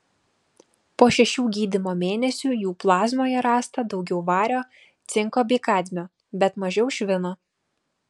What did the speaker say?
po šešių gydymo mėnesių jų plazmoje rasta daugiau vario cinko bei kadmio bet mažiau švino